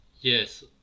Yes